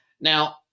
Now